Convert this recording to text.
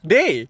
Day